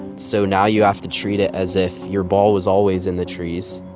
so now you have to treat it as if your ball was always in the trees.